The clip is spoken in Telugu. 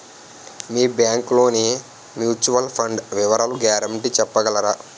మీ బ్యాంక్ లోని మ్యూచువల్ ఫండ్ వివరాల గ్యారంటీ చెప్పగలరా?